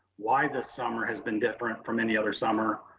why the summer has been different from any other summer,